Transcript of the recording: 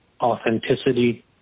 authenticity